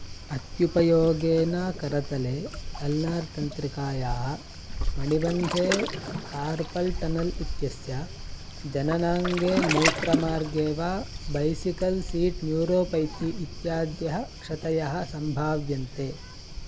अत्युपयोगेन करतले अल्नार् तन्त्रिकायाः मणिबन्धे कार्पल् टनल् इत्यस्य जननाङ्गे मूत्रमार्गे वा बैसिकल् सीट् न्यूरोपैती इत्याद्यः क्षतयः सम्भाव्यन्ते